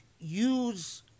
use